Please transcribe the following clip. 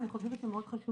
אני חושבת שמאוד חשוב